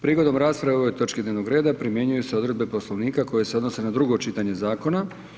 Prigodom rasprave o ovoj točki dnevnog reda primjenjuju se odredbe Poslovnika koje se odnose na drugo čitanje zakona.